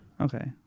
Okay